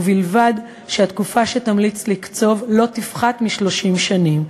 ובלבד שהתקופה שתמליץ לקצוב לא תפחת מ-30 שנים.